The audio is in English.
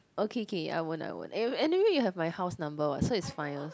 okay okay I won't I won't a~ anyway you have my house number what so it's fine